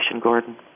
Gordon